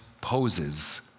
poses